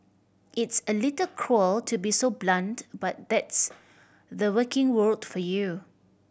it's a little cruel to be so blunt but that's the working world for you